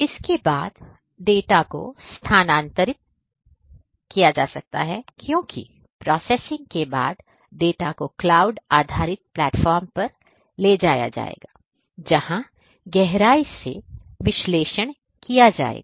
इसके बाद डेटा को स्थानांतरित किया जा सकता है क्योंकि प्रोसेसिंग के बाद डेटा को क्लाउड आधारित प्लेटफ़ॉर्म पर ले जाया जा सकता है जहाँ गहराई से विश्लेषण किया जाएगा